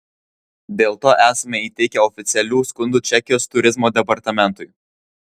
dėl to esame įteikę oficialių skundų čekijos turizmo departamentui